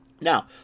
Now